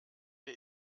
wir